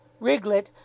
Riglet